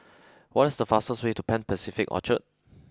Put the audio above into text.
what is the fastest way to Pan Pacific Orchard